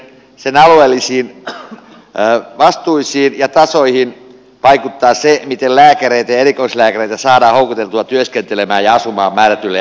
miten sote uudistukseen sen alueellisiin vastuisiin ja tasoihin vaikuttaa se miten lääkäreitä ja erikoislääkäreitä saadaan houkuteltua työskentelemään ja asumaan määrätyille alueille